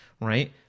right